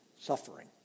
suffering